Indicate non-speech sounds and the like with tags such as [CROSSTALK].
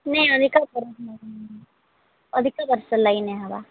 ନାଇଁ ଅଧିକା [UNINTELLIGIBLE] ଅଧିକା ବର୍ଷ ଲାଗି ନିଆହେବ